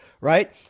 right